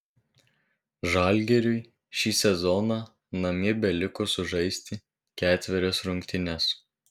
žalgiriui šį sezoną namie beliko sužaisti ketverias rungtynes